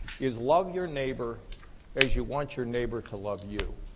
is love your neighbor as you want your neighbor to love you.